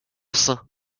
sein